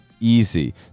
easy